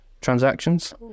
transactions